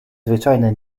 zwyczajne